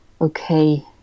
okay